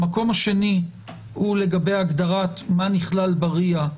המקום השני הוא לגבי הגדרת מה נכלל ברי"ע.